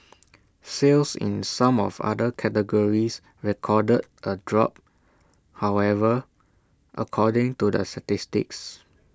sales in some of other categories recorded A drop however according to the statistics